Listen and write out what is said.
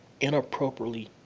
inappropriately